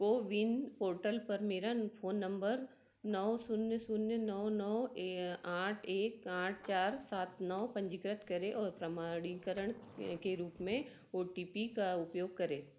CoWIN portal पर मेरा phone number नौ सून्य सून्य नौ नौ आठ एक आठ चार सात नौ पंजीकृत करें और प्रमाणीकरण के रूप में ओ टी पी का उपयोग करें